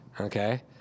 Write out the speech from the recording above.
Okay